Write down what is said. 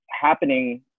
happening